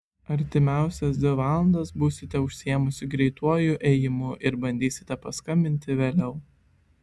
artimiausias dvi valandas būsite užsiėmusi greituoju ėjimu ir bandysite paskambinti vėliau